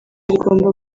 rigomba